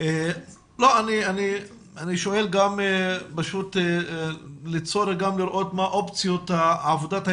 אני שואל לצורך גם לראות מה אופציות עבודת ההתמודדות.